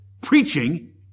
preaching